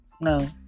no